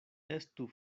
estu